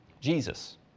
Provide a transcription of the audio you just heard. Jesus